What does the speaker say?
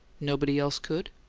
nobody else could?